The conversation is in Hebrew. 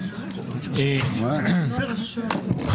11:36)